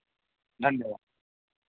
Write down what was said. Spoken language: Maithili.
हँ अच्छा समझि गेलियै